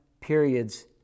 periods